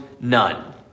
none